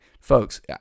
Folks